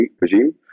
regime